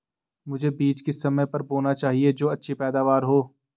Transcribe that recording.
मुझे बीज किस समय पर बोना चाहिए जो अच्छी पैदावार हो?